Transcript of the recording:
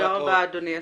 תודה רבה, אדוני השר.